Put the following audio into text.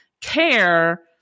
care